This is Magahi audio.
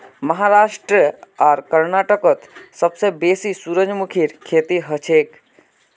महाराष्ट्र आर कर्नाटकत सबसे बेसी सूरजमुखीर खेती हछेक